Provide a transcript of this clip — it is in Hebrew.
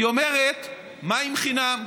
היא אומרת מים חינם.